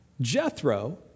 Jethro